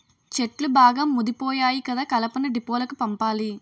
చెట్లు బాగా ముదిపోయాయి కదా కలపను డీపోలకు పంపాలి